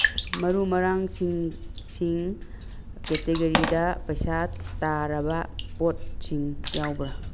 ꯃꯔꯨ ꯃꯔꯥꯡꯁꯤꯡ ꯁꯤꯡ ꯀꯦꯇꯦꯒꯔꯤꯗ ꯄꯩꯁꯥ ꯇꯥꯔꯕ ꯄꯣꯠꯁꯤꯡ ꯌꯥꯎꯕ꯭ꯔꯥ